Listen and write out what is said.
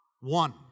One